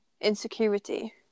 insecurity